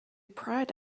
pride